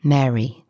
Mary